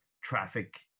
traffic